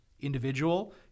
individual